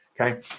okay